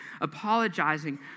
apologizing